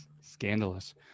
Scandalous